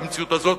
במציאות הזאת,